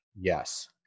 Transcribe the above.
Yes